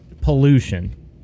pollution